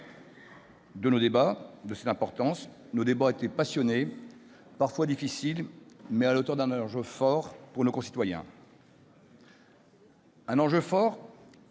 Illustration de cette importance, nos débats ont été passionnés, parfois difficiles, mais à la hauteur d'un enjeu fort pour nos concitoyens. Un enjeu fort,